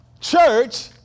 Church